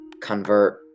convert